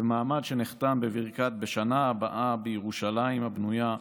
ומעמד שנחתם בברכת "בשנה הבאה בירושלים הבנויה",